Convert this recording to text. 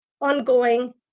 ongoing